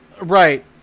right